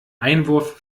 einwurf